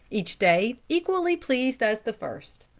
each day equally pleased as the first.